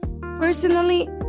Personally